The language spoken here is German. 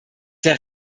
der